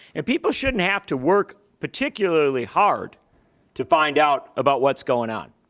and people shouldn't have to work particularly hard to find out about what's going on,